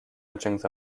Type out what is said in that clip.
etchings